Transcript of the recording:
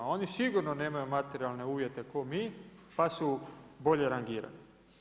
Oni sigurno nemaju materijalne uvjete ko mi pa su bolje rangirani.